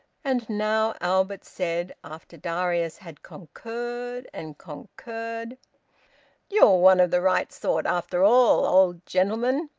and now albert said, after darius had concurred and concurred you're one of the right sort, after all, old gentleman.